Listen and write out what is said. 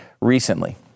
recently